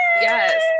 Yes